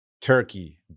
turkey